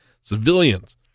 civilians